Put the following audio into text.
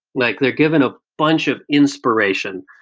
like they're given a bunch of inspiration.